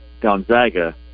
Gonzaga